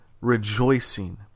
rejoicing